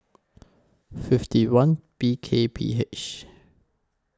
fifty one B K P H